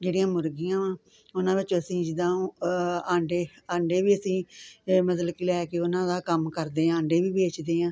ਜਿਹੜੀਆਂ ਮੁਰਗੀਆਂ ਵਾ ਉਨ੍ਹਾਂ ਵਿੱਚ ਅਸੀਂ ਜਿੱਦਾਂ ਆਂਡੇ ਆਂਡੇ ਵੀ ਅਸੀਂ ਮਤਲਬ ਕਿ ਲੈ ਕੇ ਉਨ੍ਹਾਂ ਕੰਮ ਕਰਦੇ ਹਾਂ ਆਂਡੇ ਵੀ ਵੇਚਦੇ ਹਾਂ